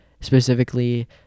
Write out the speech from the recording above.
specifically